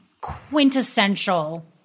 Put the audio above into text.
quintessential